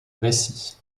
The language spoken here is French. récit